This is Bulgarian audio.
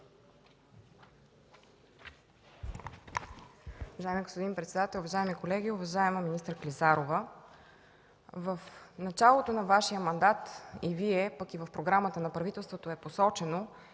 В началото на Вашия мандат и от Вас, а и в Програмата на правителството е посочено,